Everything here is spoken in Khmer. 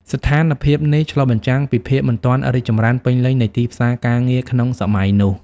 ស្ថានភាពនេះឆ្លុះបញ្ចាំងពីភាពមិនទាន់រីកចម្រើនពេញលេញនៃទីផ្សារការងារក្នុងសម័យនោះ។